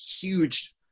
huge